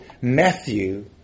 Matthew